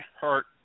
hurt